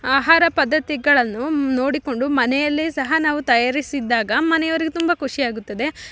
ಆಹಾರ ಪದ್ದತಿಗಳನ್ನು ನೋಡಿಕೊಂಡು ಮನೆಯಲ್ಲಿ ಸಹ ನಾವು ತಯಾರಿಸಿದ್ದಾಗ ಮನೆಯವ್ರಿಗೆ ತುಂಬ ಖುಷಿಯಾಗುತ್ತದೆ